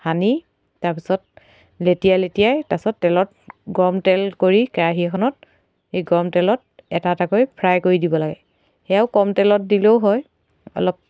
সানি তাৰপিছত লেটিয়াই লেটিয়াই তাৰপাছত গৰম তেল কৰি কেৰাহি এখনত এই গৰম তেলত এটা এটাকৈ ফ্ৰাই কৰি দিব লাগে সেয়াও কম তেলত দিলেও হয় অলপ